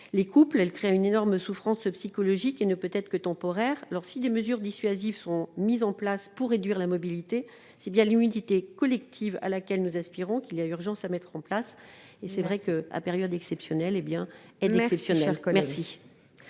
les familles, crée une énorme souffrance psychologique et ne peut être que temporaire. Si des mesures dissuasives sont mises en place pour réduire la mobilité, c'est bien l'immunité collective à laquelle nous aspirons qu'il est urgent de mettre en place. À période exceptionnelle, aide exceptionnelle !